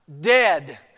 Dead